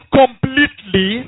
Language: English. completely